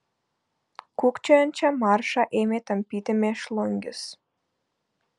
kūkčiojančią maršą ėmė tampyti mėšlungis